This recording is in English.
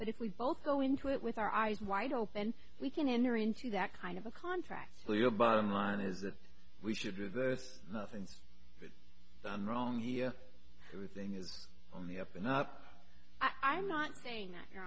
but if we both go into it with our eyes wide open we can enter into that kind of a contract so your bottom line is that we should resist having done wrong here everything is on the up and up i'm not saying that you